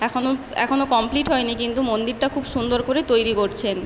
এখনো এখনো কমপ্লিট হয় নি কিন্তু মন্দিরটা খুব সুন্দর করে তৈরি করছেন